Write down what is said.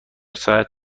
ساعت